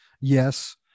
yes